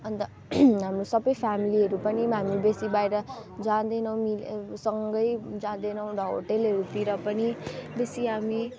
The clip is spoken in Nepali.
अन्त हाम्रो सबै फ्यामिलीहरू पनि हामी बेसी बाहिर जाँदैनौँ सँगै जाँदैनौँ होटलहरूतिर पनि बेसी हामी